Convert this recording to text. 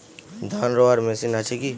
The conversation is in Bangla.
ধান রোয়ার মেশিন আছে কি?